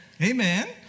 Amen